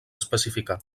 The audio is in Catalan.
especificar